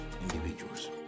individuals